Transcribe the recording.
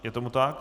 Je tomu tak?